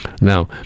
Now